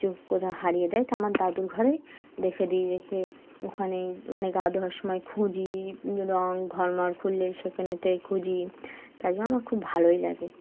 চুখ কোথাও হারিয়ে দেয় তা আমার দাদুর ঘরে রেখে দিই রেখে ওখানে মানে গা ধোওয়ার সময় খুঁজি রঙ ঘরমর খুললে সেখানে ত খুঁজি তারাই জন্যা আমার খুব ভালোই লাগে